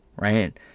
right